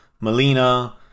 Melina